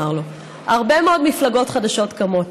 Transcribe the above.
לו: הרבה מאוד מפלגות חדשות קמות.